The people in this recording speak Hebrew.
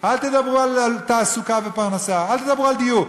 אל תדברו על תעסוקה ופרנסה, אל תדברו על דיור.